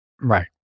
Right